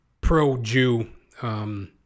pro-Jew